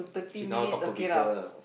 sit down talk to people